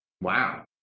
Wow